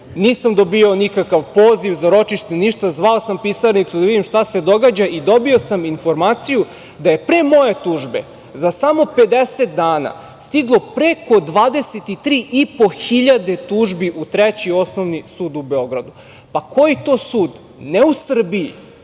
Nisam dobijao nikakav poziv za ročište, zvao sam, pitao pisarnicu šta se događa i dobio sam informaciju da je pre moje tužbe za samo 50 dana stiglo preko 23,5 hiljade tužbi u Treći osnovni sud u Beogradu. Koji to sud, ne u Srbiji,